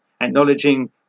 acknowledging